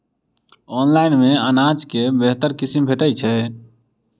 Online मे अनाज केँ बेहतर किसिम भेटय छै?